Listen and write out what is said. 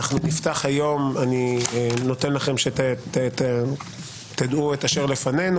אני נותן לכם שתדעו את אשר לפנינו